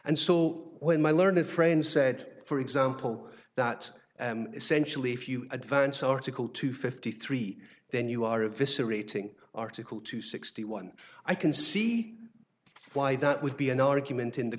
and so when my learned friend said for example that essentially if you advance article two fifty three then you are a vis a rating article two sixty one i can see why that would be an argument in the